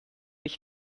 ich